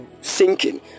sinking